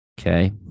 Okay